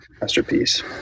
masterpiece